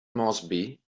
moresby